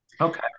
Okay